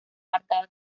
marcada